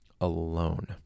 alone